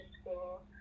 school